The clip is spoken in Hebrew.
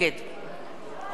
אורלי לוי אבקסיס,